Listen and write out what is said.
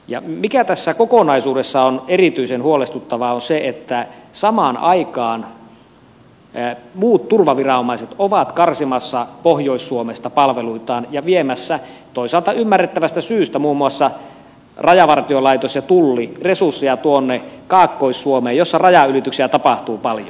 ja se mikä tässä kokonaisuudessa on erityisen huolestuttavaa on se että samaan aikaan muut turvaviranomaiset ovat karsimassa pohjois suomesta palveluitaan ja viemässä toisaalta ymmärrettävästä syystä muun muassa rajavartiolaitos ja tulli resursseja tuonne kaakkois suomeen jossa rajanylityksiä tapahtuu paljon